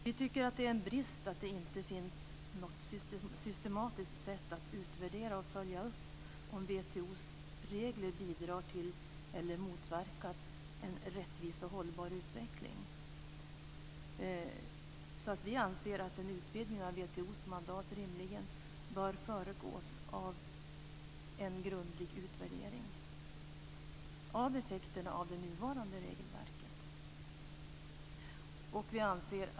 Vi tycker att det är en brist att det inte finns något systematiskt sätt att utvärdera WTO:s regler och följa upp huruvida de bidrar till eller motverkar en rättvis och hållbar utveckling. Vi anser därför att en utvidgning av WTO:s mandat rimligen bör föregås av en grundlig utvärdering av det nuvarande regelverkets effekter.